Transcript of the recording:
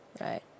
right